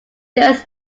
just